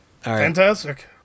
Fantastic